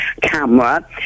camera